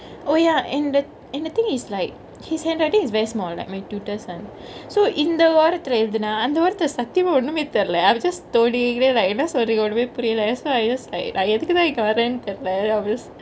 oh ya and the and the thingk is like his handwritingk is very small like my tutor's one so இந்த வாரத்துல்ல எழுதுன அந்த வாரத்துல சத்தியமா ஒன்னுமே தெரில:indtha vaarathule ezhuthuna anthe vaarethule satiyamaa onnume terile so I just like என்ன சொல்ரீங்க ஒன்னுமே புரில:enna soldringkge onnume purile so I just like நா எதுக்குதா இங்க வாரேனு தெரில:naa ethukuthaa ingkge vareenu terile I was